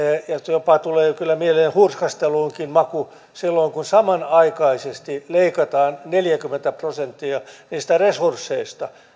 jopa tulee kyllä mieleen hurskastelunkin maku silloin kun samanaikaisesti leikataan neljäkymmentä prosenttia niistä resursseista